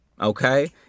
okay